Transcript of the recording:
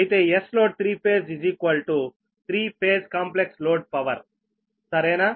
అయితే Sload3Φ three phase complex load power సరేనా